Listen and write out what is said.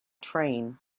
train